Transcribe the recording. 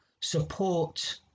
support